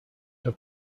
have